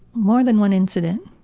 more than one incident.